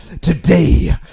today